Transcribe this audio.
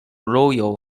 royal